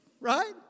Right